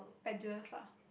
ideas ah